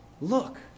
look